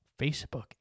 Facebook